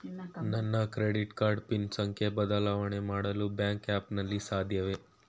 ನನ್ನ credit card PIN ಸಂಖ್ಯೆ ಬದಲಾವಣೆ ಮಾಡಲು ಬ್ಯಾಂಕ್ ಆ್ಯಪ್ ನಲ್ಲಿ ಸಾಧ್ಯವೇ?